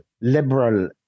liberal